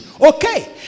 Okay